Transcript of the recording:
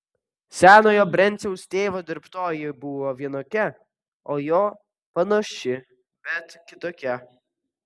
senojo brenciaus tėvo dirbtoji buvo vienokia o jo panaši bet kitokia